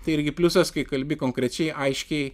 tai irgi pliusas kai kalbi konkrečiai aiškiai